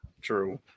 True